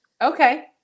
Okay